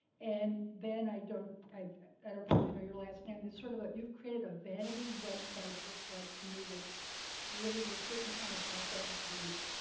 and ben, i don't and really know your last name, is sort of a you've created a vanity website that looks like, to me, that delivers a certain kind of op-ed page.